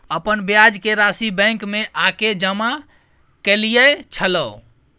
अपन ब्याज के राशि बैंक में आ के जमा कैलियै छलौं?